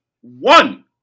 one